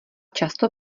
často